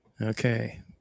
Okay